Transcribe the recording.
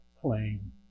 plain